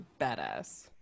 badass